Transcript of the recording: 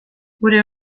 gure